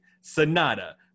Sonata